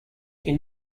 can